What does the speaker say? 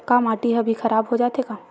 का माटी ह भी खराब हो जाथे का?